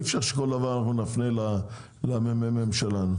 אי אפשר שכל דבר אנחנו נפנה אל הממ"מ שלנו.